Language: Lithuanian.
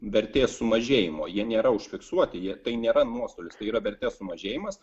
vertės sumažėjimo jie nėra užfiksuoti jie tai nėra nuostolis tai yra vertės sumažėjimas